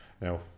Now